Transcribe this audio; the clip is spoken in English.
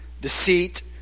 deceit